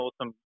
awesome